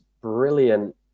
brilliant